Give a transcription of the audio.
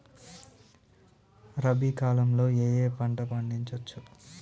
రబీ కాలంలో ఏ ఏ పంట పండించచ్చు?